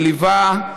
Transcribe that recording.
שליווה,